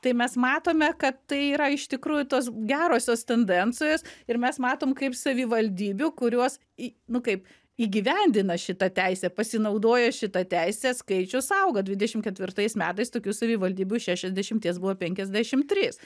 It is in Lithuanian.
tai mes matome kad tai yra iš tikrųjų tos gerosios tendencijos ir mes matom kaip savivaldybių kurios i nu kaip įgyvendina šitą teisę pasinaudojo šita teise skaičius auga dvidešimt ketvirtais metais tokių savivaldybių iš šešiasdešimties buvo penkiasdešimt trys